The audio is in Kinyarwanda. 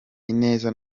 ineza